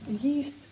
yeast